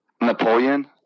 Napoleon